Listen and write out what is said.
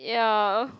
ya